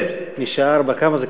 יותר, מהשעה 16:00, כמה זה?